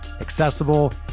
accessible